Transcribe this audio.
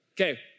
Okay